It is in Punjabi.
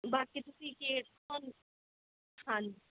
ਬਾਕੀ ਤੁਸੀਂ ਕੇ ਤੁਹਾਨੂੰ ਹਾਂਜੀ